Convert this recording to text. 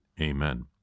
amen